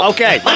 Okay